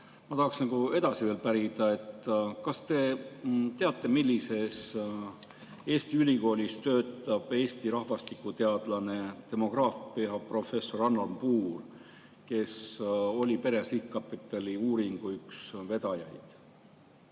Ma tahaks veel edasi pärida. Kas te teate, millises Eesti ülikoolis töötab Eesti rahvastikuteadlane, demograafiaprofessor Allan Puur, kes oli Pere Sihtkapitali uuringu üks vedajaid?